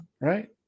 right